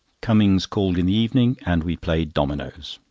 cummings called in the evening, and we played dominoes.